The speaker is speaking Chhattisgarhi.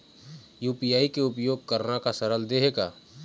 यू.पी.आई के उपयोग करना का सरल देहें का?